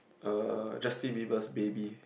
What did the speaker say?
er Justin Bieber's Baby